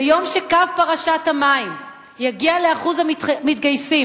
ביום שקו פרשת המים יגיע לאחוז המתגייסים,